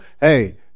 Hey